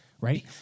right